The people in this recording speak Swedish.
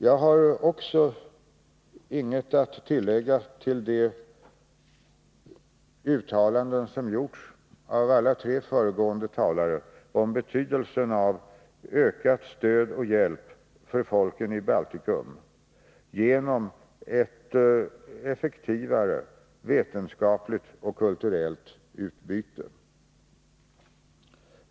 Jag har vidare inget att tillägga till de uttalanden som gjorts av alla de tre föregående talarna om betydelsen av ökat stöd och ökad hjälp till folken i Baltikum genom ett effektivare vetenskapligt och kulturellt utbyte.